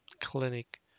clinic